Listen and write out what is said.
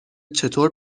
چطور